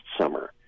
summer